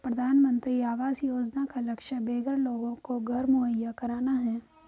प्रधानमंत्री आवास योजना का लक्ष्य बेघर लोगों को घर मुहैया कराना है